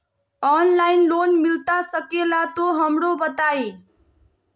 Online loan मिलता सके ला तो हमरो बताई?